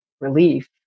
relief